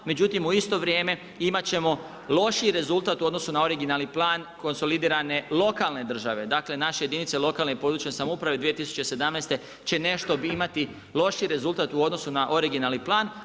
Međutim, u isto vrijeme imati ćemo lošiji rezultat u odnosu na originalni plan konsolidirane lokalne države, dakle naše jedinice lokalne i područne samouprave 2017. će nešto imati lošiji rezultat u odnosu na originalni plan.